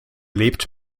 lebt